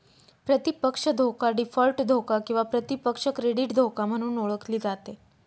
प्रतिपक्ष धोका डीफॉल्ट धोका किंवा प्रतिपक्ष क्रेडिट धोका म्हणून ओळखली जाते